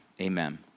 Amen